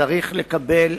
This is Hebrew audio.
צריך לקבל